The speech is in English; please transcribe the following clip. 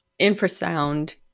infrasound